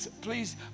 Please